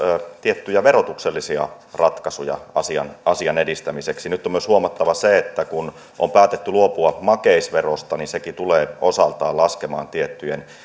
tiettyjä verotuksellisia ratkaisuja asian asian edistämiseksi nyt on myös huomattava se että kun on päätetty luopua makeisverosta niin sekin tulee osaltaan laskemaan tiettyjen